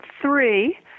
three